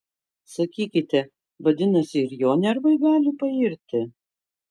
sakykite vadinasi ir jo nervai gali pairti